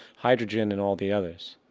hydrogen and all the others.